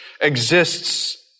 exists